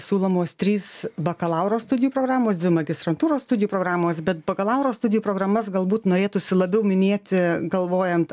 siūlomos trys bakalauro studijų programos dvi magistrantūros studijų programos bet bakalauro studijų programas galbūt norėtųsi labiau minėti galvojant